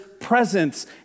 presence